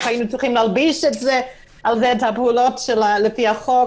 היינו צריכים להלביש את הפעולות לפי החוק,